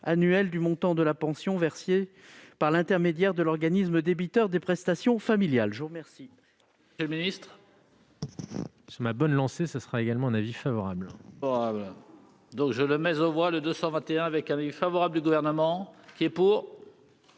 annuelle du montant de la pension versée par l'intermédiaire de l'organisme débiteur des prestations familiales.